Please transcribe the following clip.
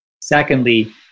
Secondly